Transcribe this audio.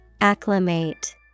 Acclimate